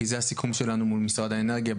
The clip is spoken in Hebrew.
כי זה הסיכום שלנו עם מול משרד האנרגיה,